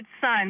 son